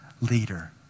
leader